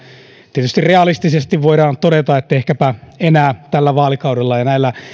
tietysti realistisesti voidaan todeta että ehkäpä tällä vaalikaudella ja näillä